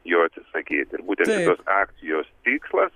jo atsisakyti ir būtent šitos akcijos tikslas